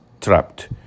trapped